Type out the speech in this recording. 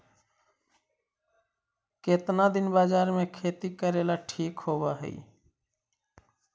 केतना दिन बाजरा के खेती करेला ठिक होवहइ?